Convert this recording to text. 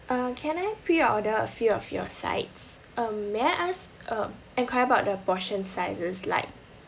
uh can I preorder a few of your sides um may I ask uh enquire about the portion sizes like